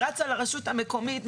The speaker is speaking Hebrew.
רצה לרשות המקומית,